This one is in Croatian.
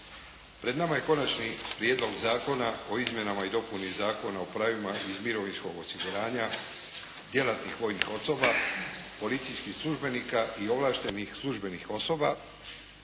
Pred nama je Konačni prijedlog Zakona o izmjenama i dopuni Zakona o pravima iz mirovinskog osiguranja djelatnih vojnih osoba, policijskih službenika i ovlaštenih službenih osoba